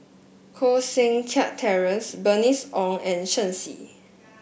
Koh Seng Kiat Terence Bernice Ong and Shen Xi